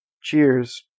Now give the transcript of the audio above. Cheers